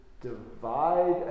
divide